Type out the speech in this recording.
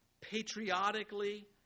patriotically